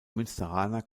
münsteraner